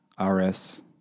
RS